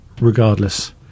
regardless